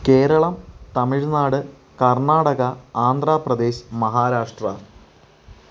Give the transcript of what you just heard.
Keralam Tamil Nadu Karnataka Andhra Pradesh Maharashtra